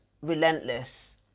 relentless